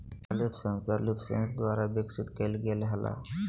पहला leaf sensor Leafsense द्वारा विकसित कइल गेलय हल